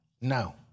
no